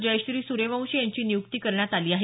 जयश्री सूर्यवंशी यांची नियुक्ती करण्यात आली आहे